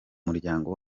muryango